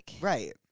Right